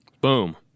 Boom